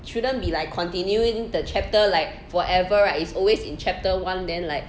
shouldn't be like continuing the chapter like forever right is always in chapter one then like